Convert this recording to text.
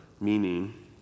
meaning